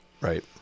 Right